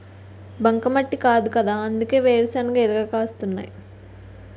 బంకమట్టి కాదుకదా అందుకే వేరుశెనగ ఇరగ కాస్తున్నాయ్